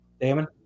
Damon